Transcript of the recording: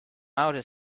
outer